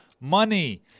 money